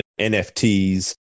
NFTs